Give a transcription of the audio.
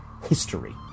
history